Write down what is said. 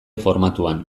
formatuan